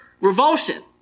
revulsion